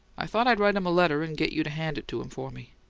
i thought i'd write him a letter and get you to hand it to him for me.